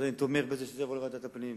אז אני תומך בזה שזה יעבור לוועדת הפנים.